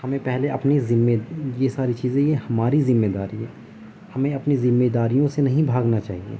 ہمیں پہلے اپنی ذمے یہ ساری چیزیں یہ ہماری ذمے داری ہے ہمیں اپنی ذمے داریوں سے نہیں بھاگنا چاہیے